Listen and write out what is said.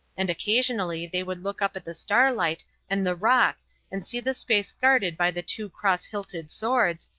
and occasionally they would look up at the starlight and the rock and see the space guarded by the two cross-hilted swords,